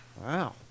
Wow